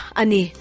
ani